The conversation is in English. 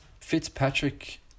Fitzpatrick